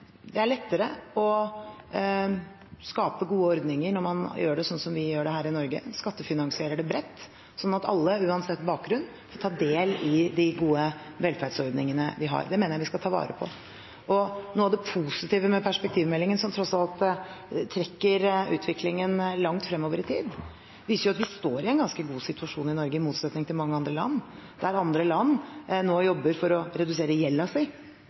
Det er lettere å skape gode ordninger når man gjør det slik som vi gjør det her i Norge, skattefinansierer det bredt, slik at alle uansett bakgrunn får ta del i de gode velferdsordningene vi har. Det mener jeg vi skal ta vare på. Noe av det positive med perspektivmeldingen, som tross alt trekker utviklingen langt fremover i tid, er at den viser at vi står i en ganske god situasjon i Norge i motsetning til mange andre land. Der andre land nå jobber for å redusere